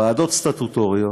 ועדות סטטוטוריות,